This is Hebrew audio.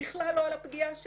בכלל לא על הפגיעה שלה.